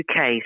UK